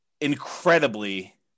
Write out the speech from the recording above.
incredibly